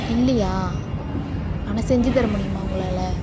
இல்லையா ஆனால் செஞ்சு தர முடியுமா உங்களால்